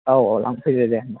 औ औ लांफैदो दे होनबा